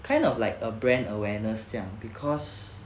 kind of like a brand awareness 这样 because